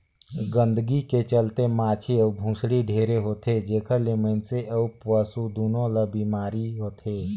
गंदगी के चलते माछी अउ भुसड़ी ढेरे होथे, जेखर ले मइनसे अउ पसु दूनों ल बेमारी होथे